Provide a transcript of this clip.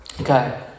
Okay